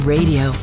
Radio